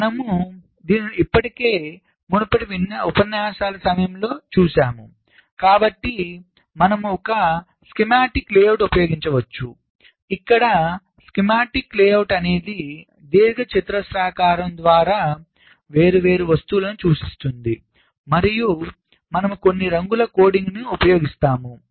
మనము దీనిని ఇప్పటికే మునుపటి ఉపన్యాసాల సమయంలో చూశాము కాబట్టి మనము ఒక స్కీమాటిక్ లేఅవుట్ను ఉపయోగించవచ్చు ఇక్కడ స్కీమాటిక్ లేఅవుట్ను అనేది దీర్ఘచతురస్రం ఆకారం ద్వారా వేర్వేరు వస్తువులను సూచిస్తుంది మరియు మనము కొన్ని రంగుల కోడింగ్ ను ఉపయోగిస్తాము